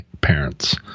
parents